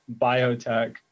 biotech